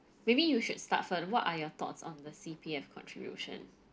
maybe you should start first what are your thoughts on the C_P_F contribution